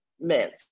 meant